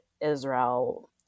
israel